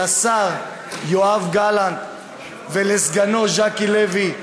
לשר יואב גלנט ולסגנו ז'קי לוי,